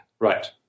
Right